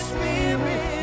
Spirit